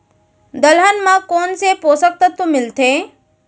दलहन म कोन से पोसक तत्व मिलथे?